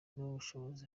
n’ubushobozi